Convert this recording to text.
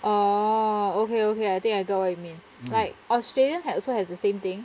orh okay okay I think I got what you mean like australian had also has the same thing